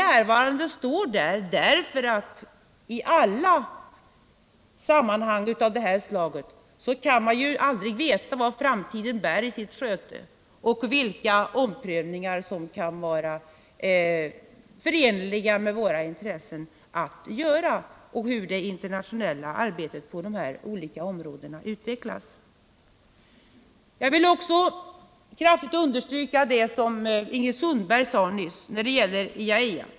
n. ” står där av den anledningen att man aldrig i alla sammanhang kan veta vad framtiden bär i sitt sköte, vilka omprövningar som kan vara förenliga med våra intressen och hur det internationella arbetet på de här olika områdena utvecklas. Jag vill kraftigt understryka det som Ingrid Sundberg sade om IAEA.